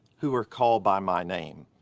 who are called by my name,